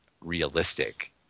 realistic